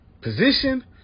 position